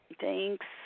Thanks